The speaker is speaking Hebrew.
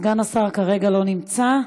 סגן השר כרגע לא נמצא,